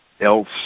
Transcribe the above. else